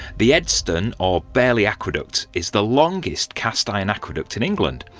the edstone or bearley aqueduct is the longest cast-iron aqueduct in england.